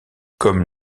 comme